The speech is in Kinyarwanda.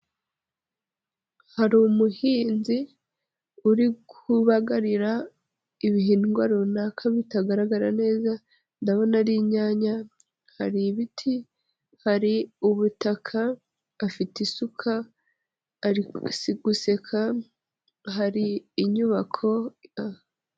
Hari umuhinzi uri kubagarira ibihingwa runaka bitagaragara neza, ndabona ari inyanya hari ibiti hari ubutaka, afite isuka a guseka hari inyubako...